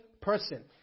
person